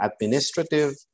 administrative